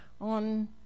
on